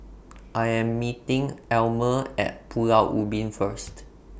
I Am meeting Almer At Pulau Ubin First